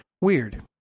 Weird